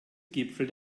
gipfel